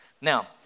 Now